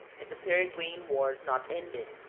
and the paraguayan war not ended.